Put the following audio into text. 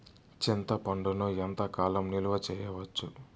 చింతపండును ఎంత కాలం నిలువ చేయవచ్చు?